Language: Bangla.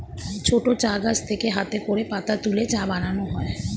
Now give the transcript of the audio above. ছোট চা গাছ থেকে হাতে করে পাতা তুলে চা বানানো হয়